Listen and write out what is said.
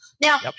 Now